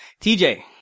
tj